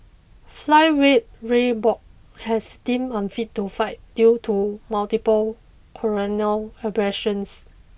flyweight Ray Borg has deemed unfit to fight due to multiple corneal abrasions